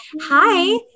hi